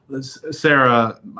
Sarah